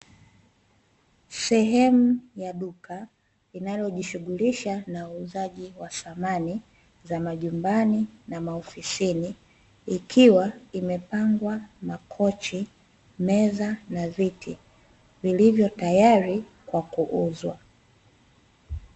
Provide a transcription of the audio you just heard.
Sehemu ya duka linalojishughulisha na uuzaji wa samani za majumbani na maofisini, ikiwa imepangwa makochi, meza, na viti vilivyo tayari kwa kuuzwa.